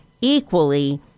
equally